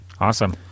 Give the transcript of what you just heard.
Awesome